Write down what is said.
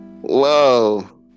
Whoa